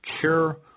care